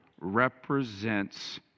represents